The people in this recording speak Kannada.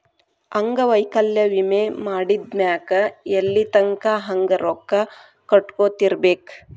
ಅಂಗವೈಕಲ್ಯ ವಿಮೆ ಮಾಡಿದ್ಮ್ಯಾಕ್ ಎಲ್ಲಿತಂಕಾ ಹಂಗ ರೊಕ್ಕಾ ಕಟ್ಕೊತಿರ್ಬೇಕ್?